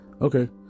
Okay